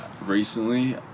recently